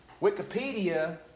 Wikipedia